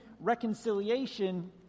reconciliation